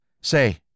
Say